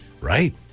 Right